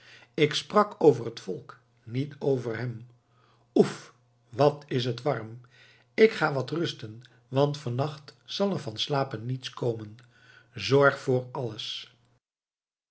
ik sprak over het volk niet over hem oef wat is het warm ik ga wat rusten want vannacht zal er van slapen niets komen zorg voor alles